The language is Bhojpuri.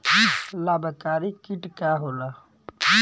लाभकारी कीट का होला?